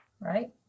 right